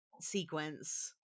sequence